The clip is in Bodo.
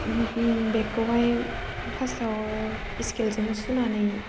बेगखौहाय फार्स्ट आव स्केलजों सुनानै